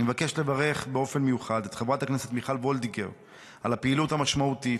אני מבקש לברך באופן מיוחד את חברת הכנסת מיכל וולדיגר על הפעילות המשמעותית